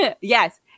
Yes